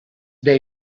day